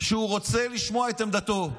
שהוא רוצה לשמוע את עמדתו.